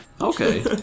Okay